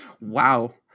Wow